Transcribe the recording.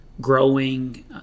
growing